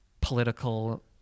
political